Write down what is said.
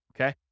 Okay